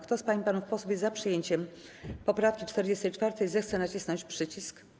Kto z pań i panów posłów jest za przyjęciem poprawki 44., zechce nacisnąć przycisk.